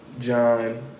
John